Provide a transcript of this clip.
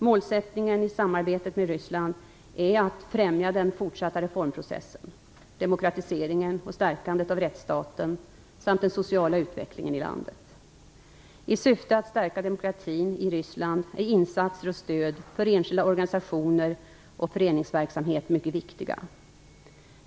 Målsättningen i samarbetet med Ryssland är att främja den fortsatta reformprocessen, demokratiseringen och stärkandet av rättsstaten samt den sociala utvecklingen i landet. I syfte att stärka demokratin i Ryssland är insatser och stöd för enskilda organisationer och föreningsverksamhet mycket viktiga.